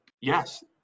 Yes